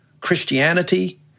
Christianity